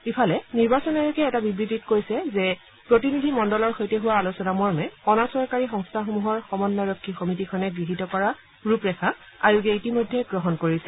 ইফালে নিৰ্বাচন আয়োগে এটা বিবৃটিত কৈছে যে প্ৰতিনিধিমণ্ডলৰ সৈতে হোৱা আলোচনা মৰ্মে অনা চৰকাৰী সংস্থাসমূহৰ সমন্নয়ৰক্ষী সমিতিখনে গৃহীত কৰা ৰূপৰেখা আয়োগে ইতিমধ্যে গ্ৰহণ কৰিছে